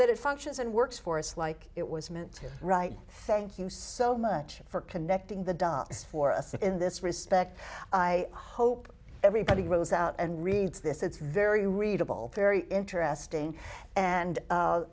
that it functions and works for us like it was meant right thank you so much for connecting the dots for us in this respect i hope everybody grows out and reads this it's very readable very interesting and